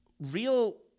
real